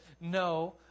no